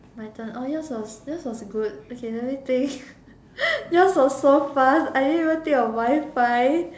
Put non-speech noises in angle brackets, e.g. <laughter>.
my turn oh yours was yours was good okay let me think <laughs> yours was so fast I didn't even think of Wi-Fi